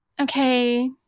okay